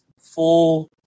full